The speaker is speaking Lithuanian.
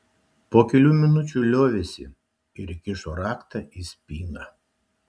po kelių minučių liovėsi ir įkišo raktą į spyną